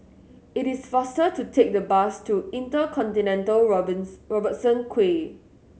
it is faster to take the bus to InterContinental Robertson Quay